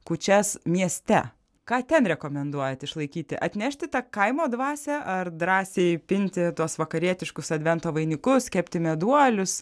kūčias mieste ką ten rekomenduojat išlaikyti atnešti tą kaimo dvasią ar drąsiai pinti tuos vakarietiškus advento vainikus kepti meduolius